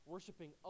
Worshipping